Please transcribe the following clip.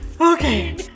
Okay